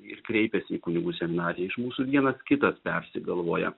ir kreipiasi į kunigų seminariją iš mūsų vienas kitas persigalvoja